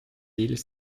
ils